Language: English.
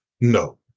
No